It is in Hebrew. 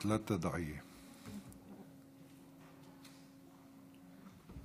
חבריי חברי הכנסת וחברות הכנסת,